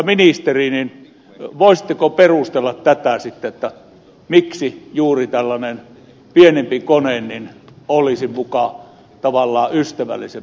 arvoisa ministeri voisitteko perustella tätä miksi juuri tällainen pienempi kone olisi muka tavallaan ystävällisempi